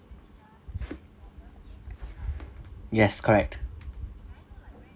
yes correct